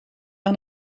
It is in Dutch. aan